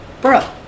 bro